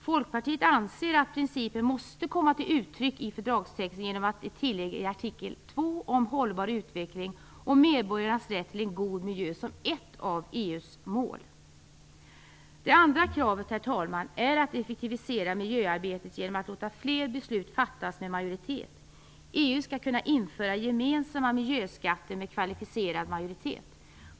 Folkpartiet anser att principen måste komma till uttryck i fördragstexten genom ett tillägg i artikel 2 om hållbar utveckling och medborgarnas rätt till en god miljö som ett av EU:s mål. Det andra kravet, herr talman, är att miljöarbetet effektiviseras genom att man låter fler beslut fattas med majoritet. EU skall kunna införa gemensamma miljöskatter med kvalificerad majoritet.